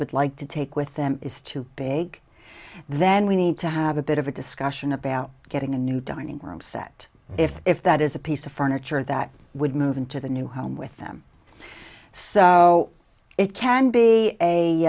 would like to take with them is too big then we need to have a bit of a discussion about getting a new dining room set if if that is a piece of furniture that would move into the new home with them so it can be a